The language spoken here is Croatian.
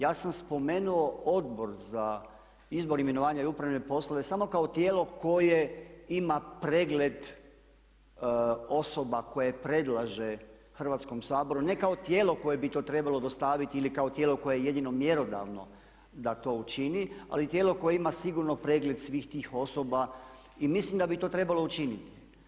Ja sam spomenuo Odbor za izbor, imenovanja i upravne poslove samo kao tijelo koje ima pregled osoba koje predlaže Hrvatskom saboru ne kao tijelo koje bi to trebalo dostaviti ili kao tijelo koje je jedino mjerodavno da to učini ali tijelo koje ima sigurno pregled svih tih osoba i mislim da bi to trebalo učiniti.